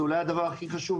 זה אולי הדבר הכי חשוב,